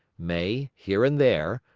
may, here and there,